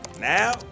Now